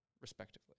respectively